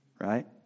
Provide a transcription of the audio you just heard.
right